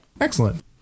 Excellent